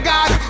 God